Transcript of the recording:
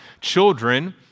Children